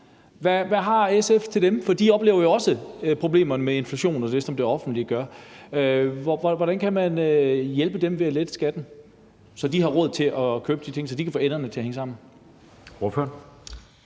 Hvad har SF til dem? For de oplever jo også problemerne med inflation og det, som det offentlige gør. Hvordan kan man hjælpe dem ved at lette skatten, så de har råd til at købe de ting, og så de kan få enderne til at hænge sammen?